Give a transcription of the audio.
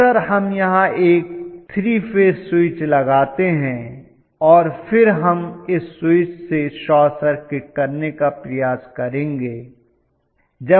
अक्सर हम यहां एक 3 फेज स्विच लगाते हैं और फिर हम इस स्विच से शॉर्ट सर्किट करने का प्रयास करेंगे